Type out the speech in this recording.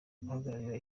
guhagararira